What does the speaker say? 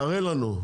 תראה לנו,